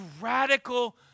radical